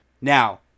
Now